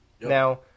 Now